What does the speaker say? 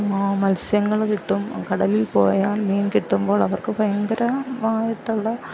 മൽസ്യങ്ങൾ കിട്ടും കടലിൽ പോയാൽ മീൻ കിട്ടുമ്പോൾ അവർക്ക് ഭയങ്കരമായിട്ടുള്ള